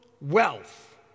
wealth